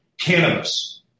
cannabis